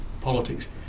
politics